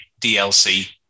DLC